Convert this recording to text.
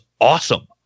awesome